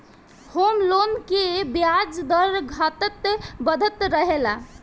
home loan के ब्याज दर घटत बढ़त रहेला